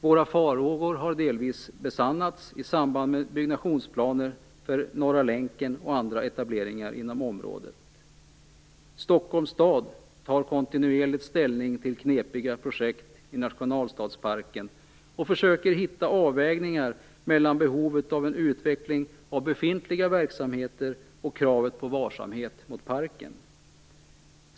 Våra farhågor har delvis besannats i samband med utbyggnadsplaner för Norra länken och andra etableringar inom området. Stockholms stad tar kontinuerligt ställning till knepiga projekt i nationalstadsparken och försöker hitta avvägningar mellan behovet av en utveckling av befintliga verksamheter och kravet på varsamhet med parken.